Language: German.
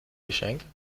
geschenk